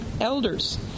elders